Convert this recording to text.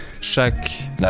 chaque